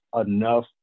enough